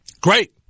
Great